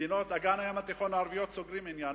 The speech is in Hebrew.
מדינות אגן הים התיכון הערביות סוגרות עניין.